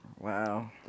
Wow